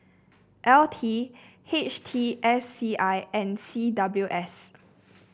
L T H T S C I and C W S